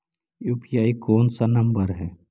UPI कोन सा number हैं?